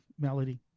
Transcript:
Melody